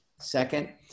second